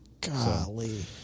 Golly